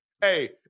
Hey